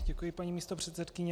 Děkuji, paní místopředsedkyně.